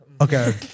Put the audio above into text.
Okay